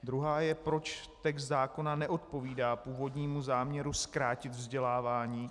Druhá je, proč text zákona neodpovídá původnímu záměru zkrátit vzdělávání.